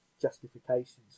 justifications